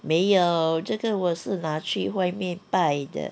没有这个我是拿去外面拜的